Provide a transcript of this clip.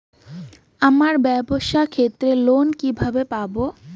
আমার ব্যবসার ক্ষেত্রে লোন কিভাবে পাব?